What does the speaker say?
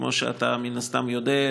כמו שאתה מן הסתם יודע,